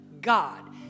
God